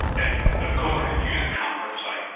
and of course i could use a compass. like